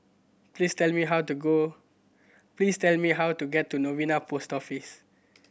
please tell me how to go please tell me how to get to Novena Post Office